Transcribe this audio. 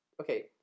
okay